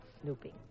snooping